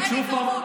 לא, אין התערבות.